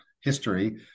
history